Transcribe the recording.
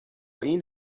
این